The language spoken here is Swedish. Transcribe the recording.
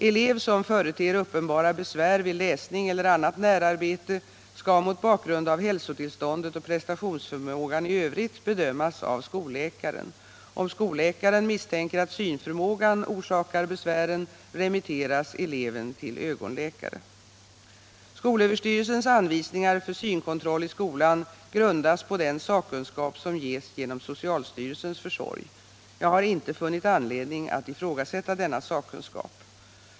Elev som företer uppenbara besvär vid läsning eller annat närarbete skall mot bakgrund av hälsotillståndet och prestationsförmågan i övrigt bedömas av skolläkaren. Om skolläkaren misstänker att synförmågan orsakar besvären remitteras eleven till ögonläkare. Skolöverstyrelsens anvisningar för synkontroll i skolan grundas på den sakkunskap som ges genom socialstyrelsens försorg. Jag har inte funnit anledning att ifrågasätta denna sakkunskap.